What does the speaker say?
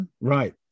right